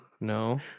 no